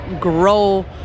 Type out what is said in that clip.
grow